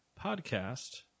podcast